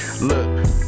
Look